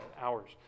hours